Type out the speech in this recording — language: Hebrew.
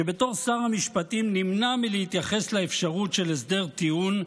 שבתור שר המשפטים נמנע מלהתייחס לאפשרות של הסדר טיעון,